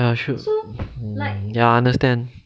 !aiya! should ya I understand